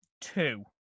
two